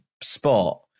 spot